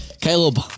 Caleb